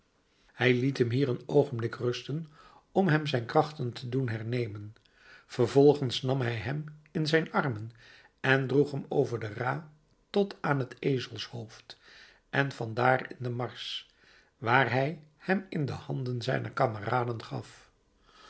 hij liet hem hier een oogenblik rusten om hem zijn krachten te doen hernemen vervolgens nam hij hem in zijn armen en droeg hem over de ra tot aan het ezelshoofd en van daar in de mars waar hij hem in de handen zijner kameraden gaf